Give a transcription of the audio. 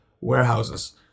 Warehouses